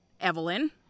Evelyn